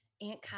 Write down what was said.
Aunt